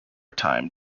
time